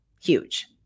huge